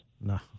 No